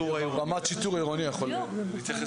רמ"ד שיטור עירוני יכול להתייחס.